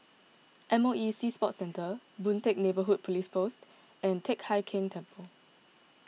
M O E Sea Sports Centre Boon Teck Neighbourhood Police Post and Teck Hai Keng Temple